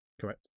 Correct